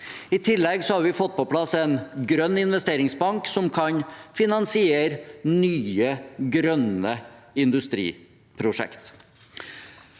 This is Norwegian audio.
I tillegg har vi fått på plass en grønn investeringsbank som kan finansiere nye, grønne industriprosjekter.